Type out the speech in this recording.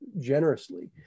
generously